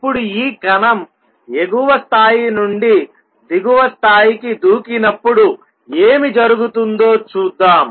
ఇప్పుడు ఈ కణం ఎగువ స్థాయి నుండి దిగువ స్థాయికి దూకినప్పుడు ఏమి జరుగుతుందో చూద్దాం